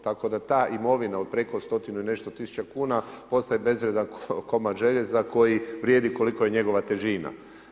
Tako da ta imovina od preko stotinu i nešto tisuća kuna postaje bezvrijedan komad željeza koji vrijedi koliko je njegova težina.